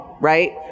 right